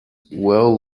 well